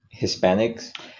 hispanics